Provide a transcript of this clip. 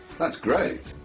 that's great.